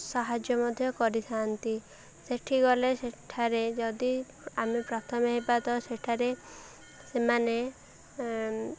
ସାହାଯ୍ୟ ମଧ୍ୟ କରିଥାନ୍ତି ସେଠି ଗଲେ ସେଠାରେ ଯଦି ଆମେ ପ୍ରଥମେ ହେବା ତ ସେଠାରେ ସେମାନେ